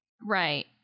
Right